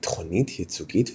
ביטחונית, ייצוגית וטקסית,